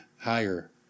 higher